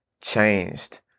changed